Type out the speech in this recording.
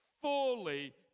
fully